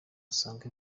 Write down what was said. usanga